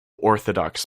orthodox